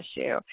issue